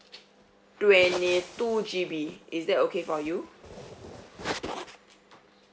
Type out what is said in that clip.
twenty two G_B is that okay for you